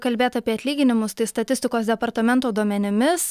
kalbėt apie atlyginimus tai statistikos departamento duomenimis